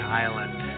island